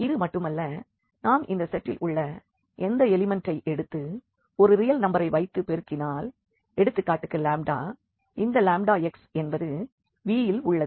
இது மட்டுமல்ல நாம் இந்த செட்டில் உள்ள எந்த எலிமண்ட்டை எடுத்து ஒரு ரியல் நம்பரை வைத்து பெருக்கினால் எடுத்துக்காட்டுக்கு இந்த x என்பது V இல் உள்ளது